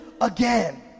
again